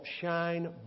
shine